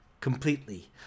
completely